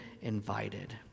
invited